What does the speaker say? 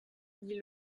dit